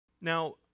Now